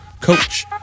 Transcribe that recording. Coach